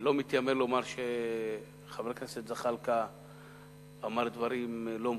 אני לא מתיימר לומר שחבר הכנסת זחאלקה אמר דברים לא מבוססים.